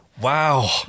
Wow